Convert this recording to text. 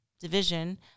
division